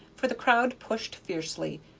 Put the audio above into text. for the crowd pushed fiercely,